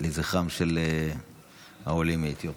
לזכרם של העולים מאתיופיה.